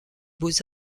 beaux